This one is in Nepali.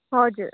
हजुर